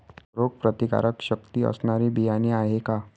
रोगप्रतिकारशक्ती असणारी बियाणे आहे का?